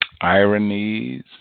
Ironies